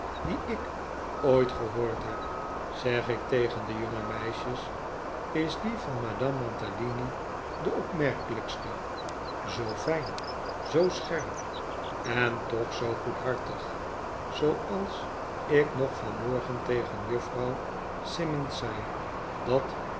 die ik ooit gehoord heb zeg ik tegen de jongemeisjes is die van madame mantalini de opmerkelijkste zoo fijn zoo scherp en toch zoo goedhartig zooals ik nog vanmorgen tegen juffrouw simmonds zei dat